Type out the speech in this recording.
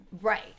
right